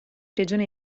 regione